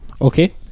Okay